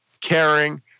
caring